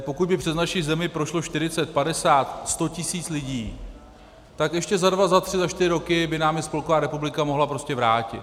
Pokud by přes naši zemi prošlo 40, 50, 100 tisíc lidí, tak ještě za dva, tři, čtyři roky by nám je Spolková republika mohla prostě vrátit.